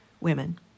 women